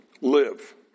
live